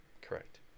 Correct